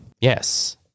Yes